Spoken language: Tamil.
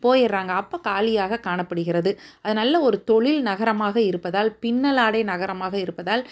போயிடுறாங்க அப்போ காலியாக காணப்படுகிறது அது நல்ல ஒரு தொழில் நகரமாக இருப்பதால் பின்னலாடை நகரமாக இருப்பதால்